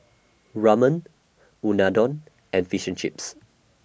Ramen Unadon and Fish and Chips